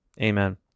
Amen